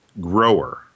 grower